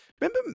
Remember